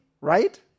right